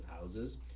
houses